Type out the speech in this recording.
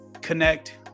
connect